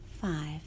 five